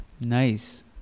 Nice